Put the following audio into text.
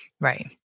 Right